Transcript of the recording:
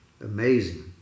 Amazing